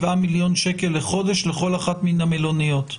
מיליון שקלים בחודש לכל אחת מן המלוניות.